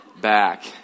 back